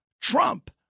Trump